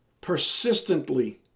persistently